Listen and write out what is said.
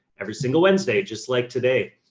every single wednesday, just like today,